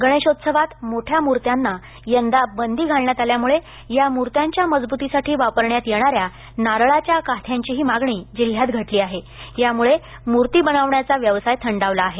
गणेशोत्सवात मोठ्या मूर्त्यांना यंदा बंदी घालण्यात आल्यामूळे या मूर्त्यांच्या मजबूतीसाठी वापरण्यात येणाऱ्या नारळाच्या काथ्यांचीही मागणी जिल्ह्यात घटली आहे त्यामुळे मूर्ती बनविण्याचा व्यवसाय थंडावला आहे